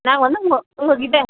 நாங்கள் வந்து உங்கள் உங்கள்கிட்ட